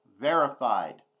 verified